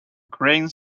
crane